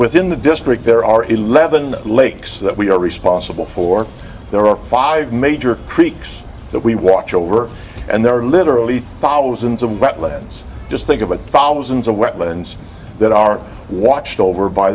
within the district there are eleven lakes that we are responsible for there are five major creeks that we watch over and there are literally thousands of wetlands just think about thousands of wetlands that are watched over by